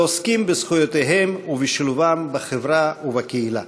ועוסקים בזכויותיהם ובשילובם בחברה ובקהילה.